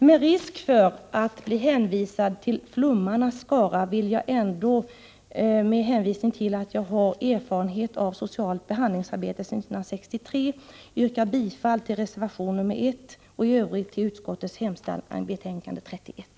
Med risk för att jag uppfattas tillhöra flummarnas skara vill jag ändå — med hänvisning till att jag har erfarenhet av socialt behandlingsarbete sedan 1963 — yrka bifall till reservation 1 och i övrigt till utskottets hemställan i betänkande 31.